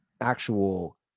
actual